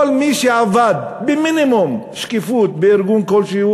כל מי שעבד במינימום שקיפות בארגון כלשהו,